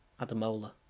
Adamola